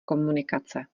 komunikace